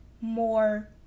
more